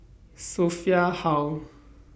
Sophia Hull